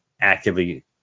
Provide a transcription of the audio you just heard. actively